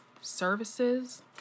services